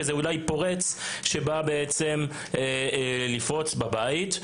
שזה אולי פורץ שבא בעצם לפרוץ לבית.